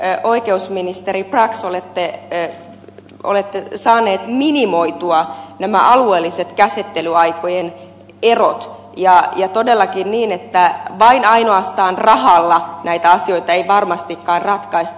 miten oikeusministeri brax olette saaneet minimoitua nämä alueelliset käsittelyaikojen erot ja todellakin niin että vain ainoastaan rahalla näitä asioita ei varmastikaan ratkaista